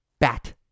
bat